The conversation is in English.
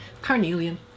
carnelian